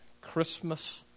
Christmas